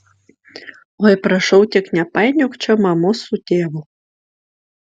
oi prašau tik nepainiok čia mamos su tėvu